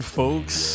folks